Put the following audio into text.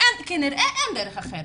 כנראה אין דרך אחרת.